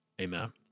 Amen